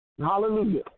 Hallelujah